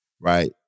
right